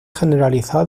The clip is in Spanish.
generalizado